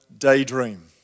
daydream